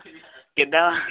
ਕਿਦਾ